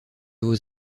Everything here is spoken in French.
vos